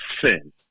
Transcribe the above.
sin